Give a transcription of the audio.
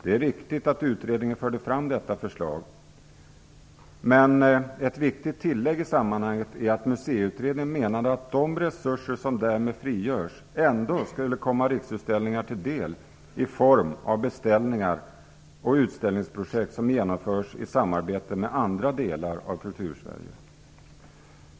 Det är riktigt att utredningen förde fram detta förslag, men ett viktigt tillägg i sammanhanget är att Museiutredningen menade att de resurser som därmed frigörs ändå skulle komma Riksutställningar till del i form av beställningar och utställningsprojekt som genomförs i samarbete med andra delar av Kultursverige.